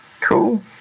Cool